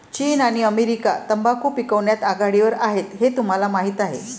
चीन आणि अमेरिका तंबाखू पिकवण्यात आघाडीवर आहेत हे तुम्हाला माहीत आहे